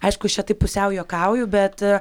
aišku aš čia taip pusiau juokauju bet